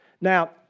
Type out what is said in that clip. Now